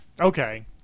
Okay